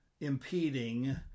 impeding